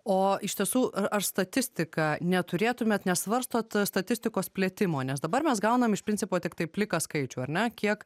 o iš tiesų ar statistiką neturėtumėt nesvarstot statistikos plėtimo nes dabar mes gaunam iš principo tiktai pliką skaičių ar ne kiek